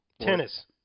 Tennis